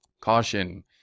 CAUTION